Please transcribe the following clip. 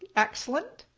excellent.